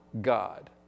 God